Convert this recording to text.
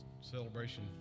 celebration